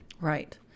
Right